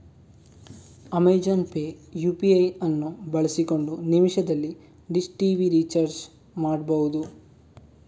Amazon Pay UPI ಅನ್ನು ಬಳಸಿಕೊಂಡು ನಿಮಿಷದಲ್ಲಿ ಡಿಶ್ ಟಿವಿ ರಿಚಾರ್ಜ್ ಮಾಡ್ಬಹುದು